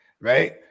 right